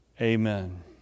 Amen